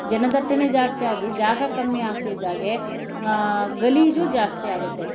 ಜನದಟ್ಟಣೆ ಜಾಸ್ತಿಯಾಗಿ ಜಾಗ ಕಮ್ಮಿ ಆಗ್ತಿದ್ದಾಗೆ ಗಲೀಜೂ ಜಾಸ್ತಿ ಆಗತ್ತೆ